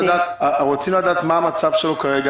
רוצים לדעת מה המצב שלו כרגע,